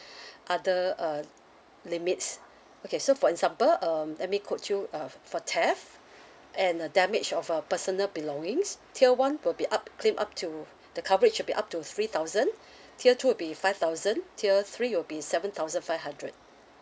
other uh limits okay so for example um let me could you uh for theft and the damage of uh personal belongings tier one will be up claim up to the coverage will be up to three thousand tier two will be five thousand tier three it will be seven thousand five hundred